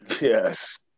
Yes